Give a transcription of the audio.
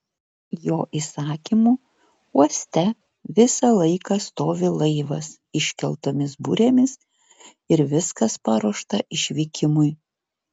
jo įsakymu uoste visą laiką stovi laivas iškeltomis burėmis ir viskas paruošta išvykimui